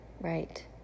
Right